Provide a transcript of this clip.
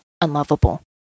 unlovable